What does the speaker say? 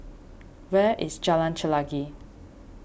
where is Jalan Chelagi